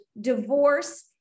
divorce